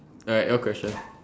alright your question